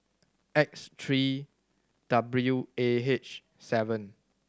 X three W A H seven